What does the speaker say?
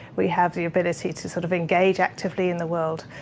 we have the ability to sort of engage activity in the world.